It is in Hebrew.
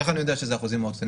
איך אני יודע שזה אחוזים נמוכים?